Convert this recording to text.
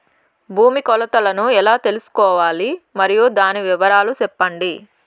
భూమి కొలతలను ఎలా తెల్సుకోవాలి? మరియు దాని వివరాలు సెప్పండి?